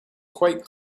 quite